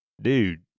dude